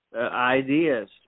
ideas